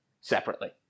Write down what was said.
separately